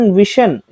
vision